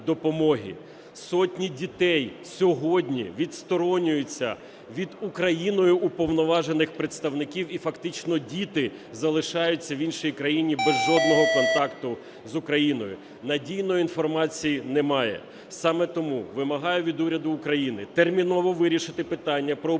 Сотні дітей сьогодні відсторонюються від Україною уповноважених представників, і фактично діти залишаються в іншій країні без жодного контакту з Україною. Надійної інформації немає. Саме тому вимагаю від уряду України терміново вирішити питання про уповноваження